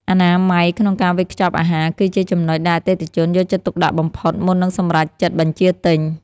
អនាម័យក្នុងការវេចខ្ចប់អាហារ គឺជាចំណុចដែលអតិថិជនយកចិត្តទុកដាក់បំផុតមុននឹងសម្រេចចិត្តបញ្ជាទិញ។